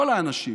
כל האנשים